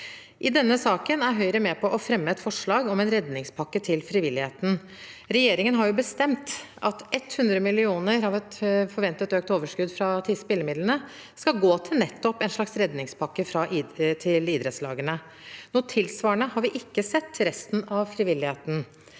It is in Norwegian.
I denne saken er Høyre med på å fremme et forslag om en redningspakke til frivilligheten. Regjeringen har bestemt at 100 mill. kr av et forventet økt overskudd fra spillemidlene skal gå til nettopp en slags redningspakke til idrettslagene. Noe tilsvarende har vi ikke sett til resten av frivilligheten.